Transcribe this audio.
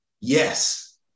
Yes